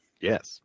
Yes